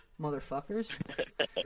Motherfuckers